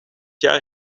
jaar